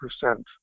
percent